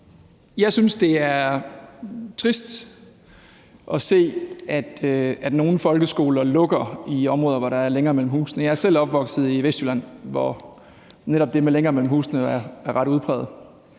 Jeg synes, det er trist at se, at nogle folkeskoler lukker i områder, hvor der er længere mellem husene. Jeg er selv opvokset i Vestjylland, hvor netop det med længere mellem husene er ret udpræget,